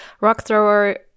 Rockthrower